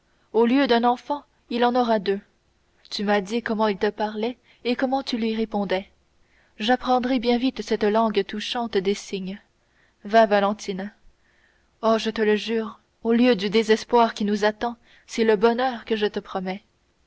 au lieu d'un enfant il en aura deux tu m'as dit comment il te parlait et comment tu lui répondais j'apprendrai bien vite cette langue touchante des signes va valentine oh je te le jure au lieu du désespoir qui nous attend c'est le bonheur que je te promets